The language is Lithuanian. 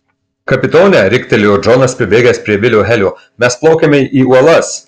kapitone riktelėjo džonas pribėgęs prie vilio helio mes plaukiame į uolas